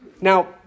Now